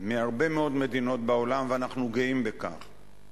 מהרבה מדינות בעולם, ואנחנו גאים בכך.